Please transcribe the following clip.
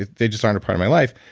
they just aren't a part of my life,